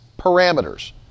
parameters